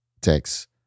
text